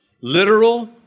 literal